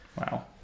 wow